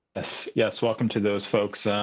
ah so yes, welcome to those folks,